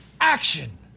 action